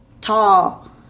Tall